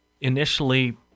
initially